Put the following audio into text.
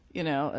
you know, ah